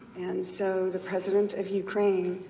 and so the president of ukraine,